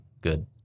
good